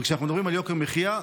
וכשאנחנו מדברים על יוקר מחיה,